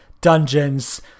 dungeons